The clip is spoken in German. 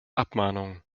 abmahnung